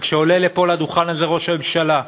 וכשעולה לפה, לדוכן הזה, ראש הממשלה,